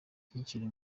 kikiri